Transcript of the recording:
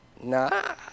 nah